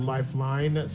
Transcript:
Lifeline